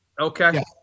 Okay